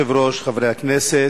אדוני היושב-ראש, חברי הכנסת,